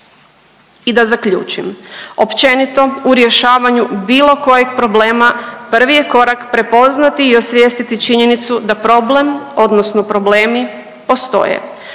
I da zaključim. Općenito u rješavanju bilo kojeg problema prvi je korak prepoznati i osvijestiti činjenicu da problem odnosno problemi postoje